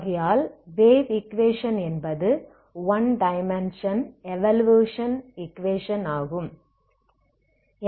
ஆகையால் wave equation என்பது one dimension evolution equation ஆகும்